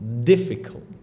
difficult